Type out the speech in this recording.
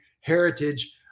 heritage